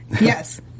Yes